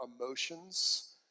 emotions